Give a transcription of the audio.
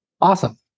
Awesome